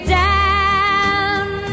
down